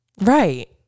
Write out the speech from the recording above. Right